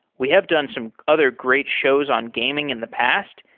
we have done some other great shows on gaming in the past.